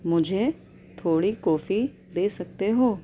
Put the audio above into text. مجھے تھوڑی کافی دے سکتے ہو